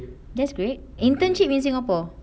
that's great internship in singapore